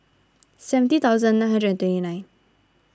seventy thousadn nine hundred and twenty nine